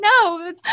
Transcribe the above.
no